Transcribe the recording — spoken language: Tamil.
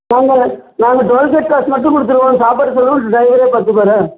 நாங்கள் நாங்கள் டோல்கேட் காசு மட்டும் கொடுத்துருவோம் சாப்பாடு செலவு டிரைவரே பார்த்துப்பாரா